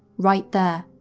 right there.